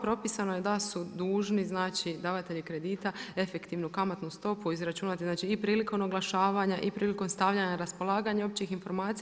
Propisano je da su dužni, znači davatelji kredita efektivnu kamatnu stopu izračunati, znači i prilikom oglašavanja i prilikom stavljanja na raspolaganje općih informacija.